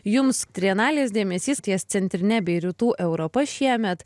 jums trienalės dėmesys ties centrine bei rytų europa šiemet